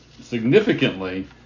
significantly